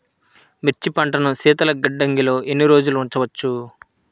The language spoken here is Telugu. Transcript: మిర్చి పంటను శీతల గిడ్డంగిలో ఎన్ని రోజులు ఉంచవచ్చు?